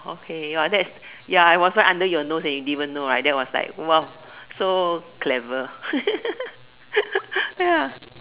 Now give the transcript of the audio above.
okay !wah! that's ya it was right under your nose and you didn't even know right that was like !wow! so clever ya